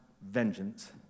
vengeance